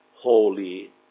holy